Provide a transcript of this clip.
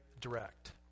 direct